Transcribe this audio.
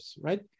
right